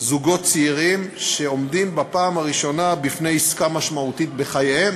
זוגות צעירים שעומדים בפעם הראשונה בפני עסקה משמעותית בחייהם,